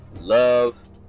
love